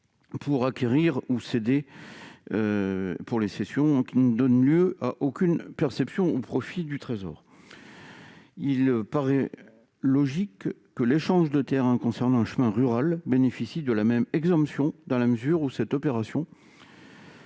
ou cessions effectuées par les Safer ne donnent lieu à aucune perception au profit du Trésor. Il paraît logique que l'échange de terrains concernant un chemin rural bénéficie de la même exemption, dans la mesure où cette opération